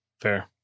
fair